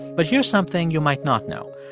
but here's something you might not know.